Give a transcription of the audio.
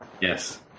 yes